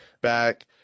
back